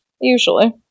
usually